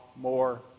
more